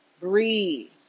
Breathe